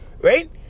right